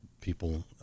people